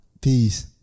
Peace